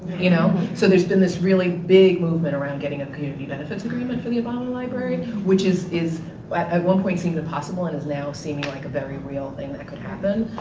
you know so there's been this really big movement around getting a community benefits agreement for the obama library which is, at one point, seemed impossible and is now seeming like a very real thing that could happen.